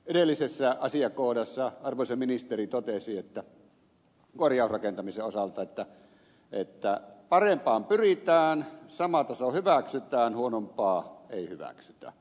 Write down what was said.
edellisessä asiakohdassa arvoisa ministeri totesi korjausrakentamisen osalta että parempaan pyritään sama taso hyväksytään huonompaa ei hyväksytä